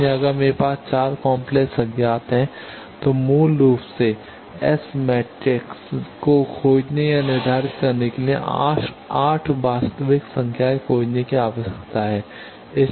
इसलिए अगर मेरे पास 4 काम्प्लेक्स अज्ञात हैं तो मूल रूप से मुझे एस मैट्रिक्स को खोजने या निर्धारित करने के लिए 8 वास्तविक संख्याएं खोजने की आवश्यकता है